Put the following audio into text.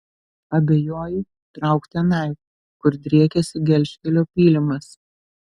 abejoji trauk tenai kur driekiasi gelžkelio pylimas